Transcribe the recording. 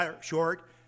short